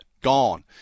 gone